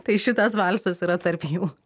tai šitas valsas yra tarp jų